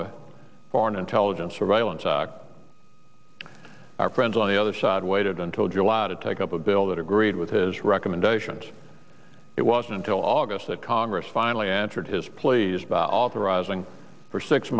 the foreign intelligence surveillance act our friends on the other side waited until july to take up a bill that agreed with his recommendations it wasn't until august that congress finally answered his pleas by authorizing for six